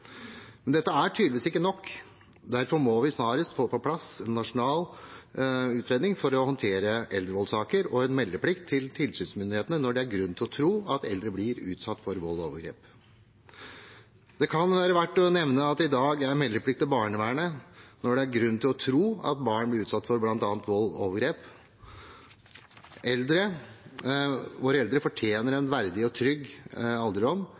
Men dette er tydeligvis ikke nok. Derfor må vi snarest få på plass en nasjonal utredning for å håndtere eldrevoldssaker og en meldeplikt til tilsynsmyndighetene når det er grunn til å tro at eldre blir utsatt for vold og overgrep. Det kan være verdt å nevne at det i dag er meldeplikt til barnevernet når det er grunn til å tro at barn blir utsatt for bl.a. vold og overgrep. Våre eldre fortjener en verdig og trygg alderdom,